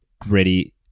gritty